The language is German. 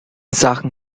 sachen